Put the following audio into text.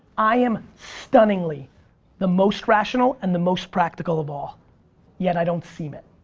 i am stunningly the most rational and the most practical of all yet i don't seem it.